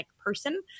person